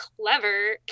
clever